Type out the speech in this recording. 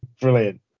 brilliant